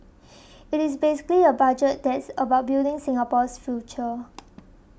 it is basically a Budget that's about building Singapore's future